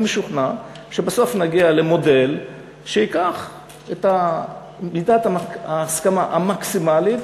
אני משוכנע שבסוף נגיע למודל שייקח את מידת ההסכמה המקסימלית